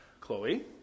Chloe